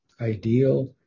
ideal